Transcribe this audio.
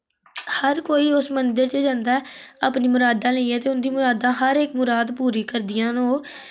हर कोई उस मंदिर च जंदा ऐ अपनी मुरादां लेइयै ते उं'दी मुरादां हर इक मुराद पूरी करदियां न ओह्